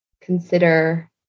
consider